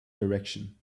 direction